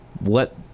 let